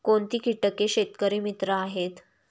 कोणती किटके शेतकरी मित्र आहेत?